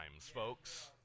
folks